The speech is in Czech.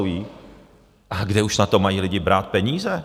A kde už na to mají lidi brát peníze?